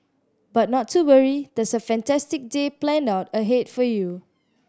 but not to worry there's a fantastic day planned out ahead for you